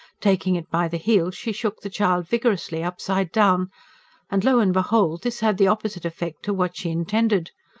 taking it by the heels she shook the child vigorously, upside-down and, lo and behold! this had the opposite effect to what she intended.